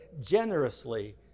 generously